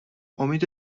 امید